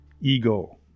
ego